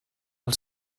els